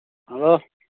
hello